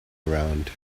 around